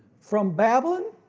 from babylon,